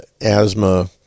asthma